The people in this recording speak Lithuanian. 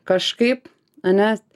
kažkaip ane